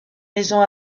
maisons